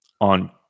on